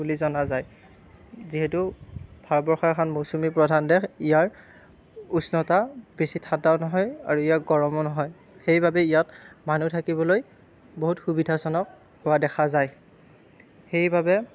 বুলি জনা যায় যিহেতু ভাৰতবৰ্ষৰ এখন মৌচুমী প্ৰধান দেশ ইয়াৰ উষ্ণতা বেছি ঠাণ্ডাও নহয় আৰু ইয়াৰ গৰমো নহয় সেইবাবে ইয়াত মানুহ থাকিবলৈ বহুত সুবিধাজনক হোৱা দেখা যায় সেইবাবে